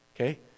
okay